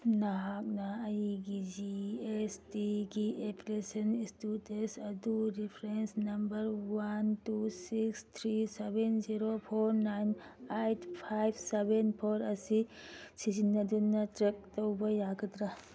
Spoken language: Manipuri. ꯅꯍꯥꯛꯅ ꯑꯩꯒꯤ ꯖꯤ ꯑꯦꯁ ꯇꯤꯒꯤ ꯑꯦꯄ꯭ꯂꯤꯀꯦꯁꯟ ꯏꯁꯇꯨꯇꯦꯁ ꯑꯗꯨ reference number one two six three seven zero four nine eight five seven four ꯑꯁꯤ ꯁꯤꯖꯤꯟꯅꯗꯨꯅ ꯇ꯭ꯔꯦꯛ ꯇꯧꯕ ꯌꯥꯒꯗ꯭ꯔ